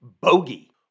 bogey